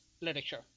literature